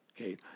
Okay